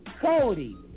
Cody